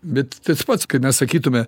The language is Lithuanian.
bet tas pats kaip mes sakytume